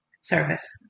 Service